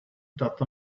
that